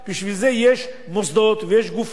בשביל זה יש מוסדות ויש גופים,